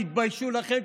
"תתביישו לכם",